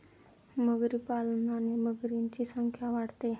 मगरी पालनाने मगरींची संख्या वाढते